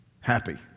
Happy